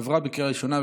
עברה בקריאה ראשונה,